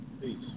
Peace